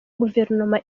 guverinoma